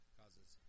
causes